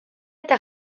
eta